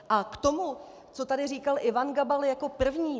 A k tomu, co tady říkal Ivan Gabal jako první.